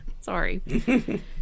sorry